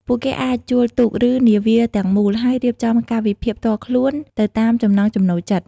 ពួកគេអាចជួលទូក ឬនាវាទាំងមូល ហើយរៀបចំកាលវិភាគផ្ទាល់ខ្លួនទៅតាមចំណង់ចំណូលចិត្ត។